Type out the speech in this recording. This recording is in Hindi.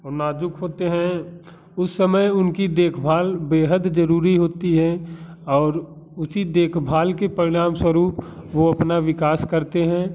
ओ नाज़ुक होते हैं उस समय उनकी देख भाल बेहद ज़रूरी होती है और उसी देख भाल के परिणामस्वरूप वो अपना विकास करते हैं